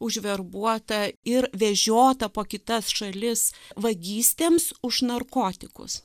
užverbuota ir vežiota po kitas šalis vagystėms už narkotikus